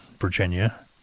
Virginia